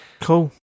cool